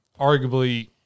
arguably